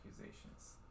accusations